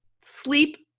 sleep